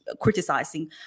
criticizing